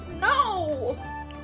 No